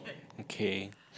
okay